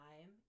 time